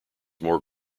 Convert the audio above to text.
more